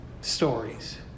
stories